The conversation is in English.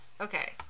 okay